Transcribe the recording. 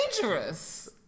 dangerous